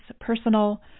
personal